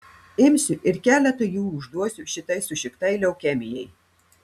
imsiu ir keletą jų užduosiu šitai sušiktai leukemijai